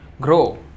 grow